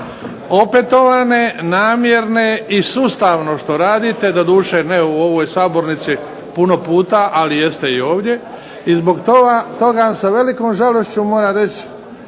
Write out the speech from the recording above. opetovane, namjerne i sustavno što radite doduše ne u ovoj sabornici puno puta, ali jeste i ovdje. I zbog toga vam sa velikom žalošću vam moram,